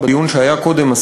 בדיון שהיה קודם,